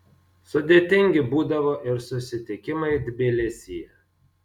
sudėtingi būdavo ir susitikimai tbilisyje